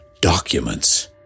documents